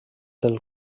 del